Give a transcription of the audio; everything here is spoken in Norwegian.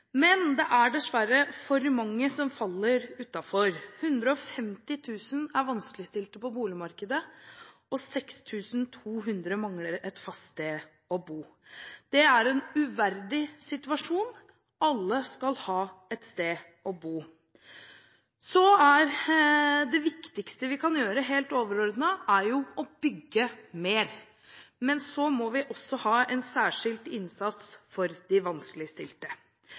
Men det er dessverre for mange som faller utenfor. 150 000 er vanskeligstilt på boligmarkedet, og 6 200 mangler et fast sted å bo. Det er en uverdig situasjon. Alle skal ha et sted å bo. Det viktigste vi kan gjøre, det som er helt overordnet, er å bygge mer. Men vi må også ha en særskilt innsats for de vanskeligstilte.